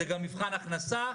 זה גם מבחן הכנסה,